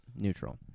neutral